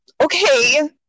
okay